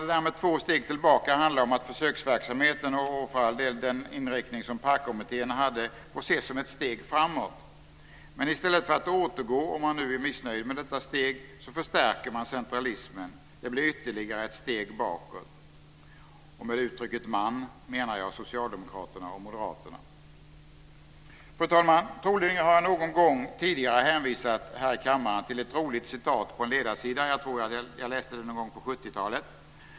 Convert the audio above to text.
Det där med två steg tillbaka handlar om att försöksverksamheten, och för all del den inriktning som PARK-kommittén hade, får ses som ett steg framåt. Men i stället för att återgå, om man nu är missnöjd med detta steg, förstärker man centralismen. Det blir ytterligare ett steg bakåt. Och med uttrycket "man" menar jag socialdemokraterna och moderaterna. Fru talman! Troligen har jag någon gång tidigare här i kammaren hänvisat till ett roligt citat på en ledarsida. Jag tror att jag läste det någon gång på 70 talet.